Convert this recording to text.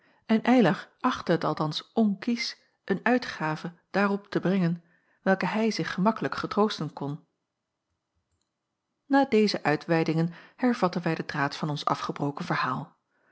en eylar achtte het althans onkiesch een uitgave daarop te brengen welke hij zich gemakkelijk getroosten kon na deze uitweidingen hervatten wij den draad van ons afgebroken verhaal